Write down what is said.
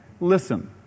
Listen